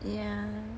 yeah